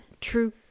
true